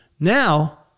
Now